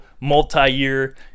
multi-year